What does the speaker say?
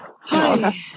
Hi